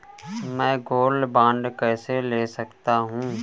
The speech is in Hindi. मैं गोल्ड बॉन्ड कैसे ले सकता हूँ?